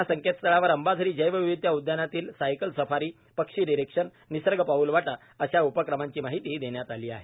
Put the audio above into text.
या संकेतस्थळावर अंबाझरी जैवविविधता उदयानातील सायकल सफारी पक्षी निरिक्षण निसर्ग पाऊलवाट अशा उपक्रमाची माहिती देण्यात आली आहे